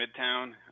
Midtown